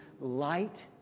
light